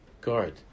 guard